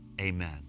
Amen